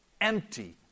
empty